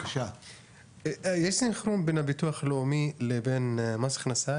יש סנכרון בין הביטוח הלאומי לבין מס הכנסה?